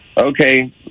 Okay